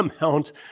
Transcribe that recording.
amount